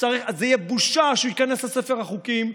זה יהיה בושה שהוא ייכנס לספר החוקים,